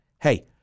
Hey